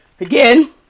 again